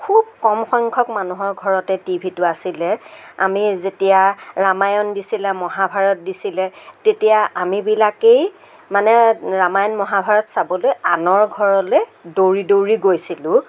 খুব কম সংখ্য়ক মানুহৰ ঘৰতে টিভিটো আছিলে আমি যেতিয়া ৰামায়ণ দিছিলে মহাভাৰত দিছিলে তেতিয়া আমিবিলাকেই মানে ৰামায়ণ মহাভাৰত চাবলৈ আনৰ ঘৰলৈ দৌৰি দৌৰি গৈছিলোঁ